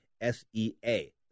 S-E-A